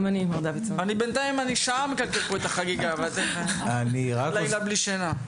אני שעה מקלקל פה את החגיגה בגלל לילה בלי שינה.